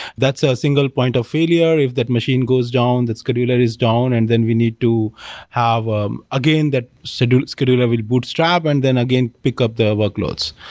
that's a single point of failure. if that machine goes down, that scheduler is down, and then we need to have um again, that that scheduler will bootstrap, and then again pick up the workloads.